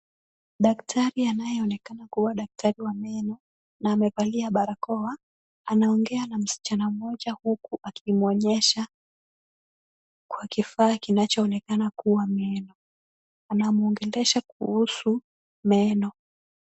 Daktari anayeonekana kuwa daktari wa meno na amevalia barakoa, anaongea na msichana mmoja huku akimwonyesha kwa kifaa kinachoonekana kuwa meno. Anamwongelesha kuhusu meno.